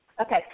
Okay